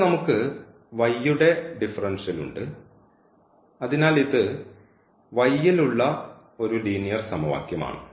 ഇവിടെ നമുക്ക് യുടെ ഡിഫറൻഷ്യൽ ഉണ്ട് അതിനാൽ ഇത് ൽ ഉള്ള ഒരു ലീനിയർ സമവാക്യമാണ്